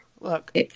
Look